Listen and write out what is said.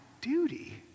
duty